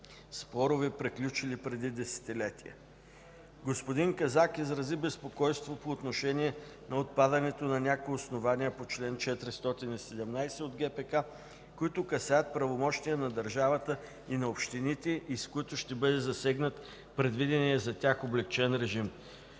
спорове, приключили преди десетилетия. Господин Казак изрази безпокойство по отношение на отпадането на някои основания по чл. 417 от ГПК, които касаят правомощия на държавата и на общините и с които ще бъде засегнат предвиденият за тях облекчен режим.